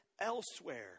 elsewhere